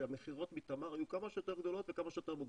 שהמכירות מתמר יהיו כמה שיותר גדולות וכמה שיותר מוקדם,